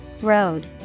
Road